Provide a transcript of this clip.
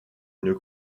une